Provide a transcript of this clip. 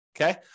okay